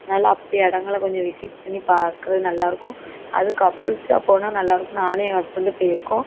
நல்லா அப்படி இடங்கள்லாம் கொஞ்சம் விசிட் பண்ணி பாக்கிறது நல்லாயிருக்கும் அதுவும் கப்புள்ஸா போனால் நல்லாயிருக்கும் நான் என் ஹஸ்பெண்ட்டும் போய்ருக்கோம்